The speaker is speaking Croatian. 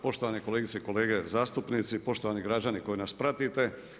Poštovane kolegice i kolege zastupnici, poštovani građani koji nas pratite.